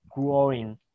growing